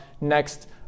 next